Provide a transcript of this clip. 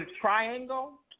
Triangle